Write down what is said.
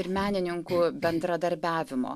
ir menininkų bendradarbiavimo